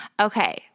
Okay